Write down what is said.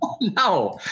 no